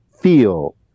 feel